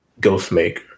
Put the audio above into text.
Ghostmaker